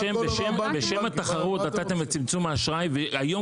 בשם התחרות נתתם את צמצום האשראי והיום